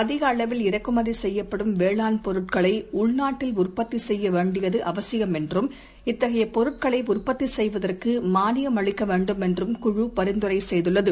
அதிகஅளவில் இறக்குமதிசெய்யப்படும் வேளாண் பொருட்களைஉள்நாட்டில் உற்பத்திசெய்யவேண்டியதுஅவசியம் என்றும் இத்தகையபொருட்களைஉற்பத்திசெய்வதற்குமானியம் அளிக்கவேண்டும் என்றும் குழு பரிந்துரைசெய்துள்ளது